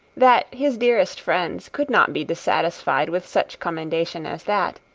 that his dearest friends could not be dissatisfied with such commendation as that.